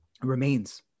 remains